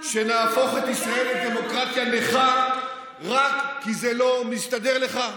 שנהפוך את ישראל לדמוקרטיה נכה רק כי זה לא מסתדר לך?